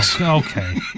Okay